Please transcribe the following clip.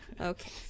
Okay